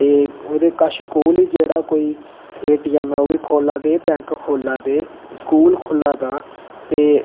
ते ओहदे कच्छ कोल गै जेहड़ा कोई ए टी ऐम ओह् बी खोह्ला दे बैंक खोह्ला दे स्कूल खोह्ला दा ते हून